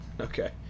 Okay